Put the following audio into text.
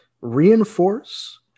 reinforce